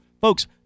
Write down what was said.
folks